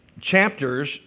chapters